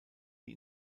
die